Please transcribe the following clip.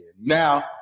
Now